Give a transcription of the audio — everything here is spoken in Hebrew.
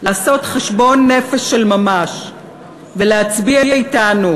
לעשות חשבון נפש של ממש ולהצביע אתנו,